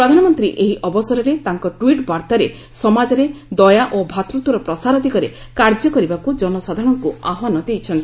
ପ୍ରଧାନମନ୍ତ୍ରୀ ଏହି ଅବସରରେ ତାଙ୍କ ଟ୍ୱିଟ୍ ବାର୍ତ୍ତାରେ ସମାଜରେ ଦୟା ଓ ଭ୍ରାତୃତ୍ୱର ପ୍ରସାର ଦିଗରେ କାର୍ଯ୍ୟ କରିବାକୁ ଜନସାଧାରଣଙ୍କୁ ଆହ୍ନାନ ଦେଇଛନ୍ତି